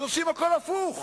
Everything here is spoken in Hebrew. אז עושים הכול הפוך,